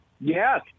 Yes